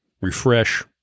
refresh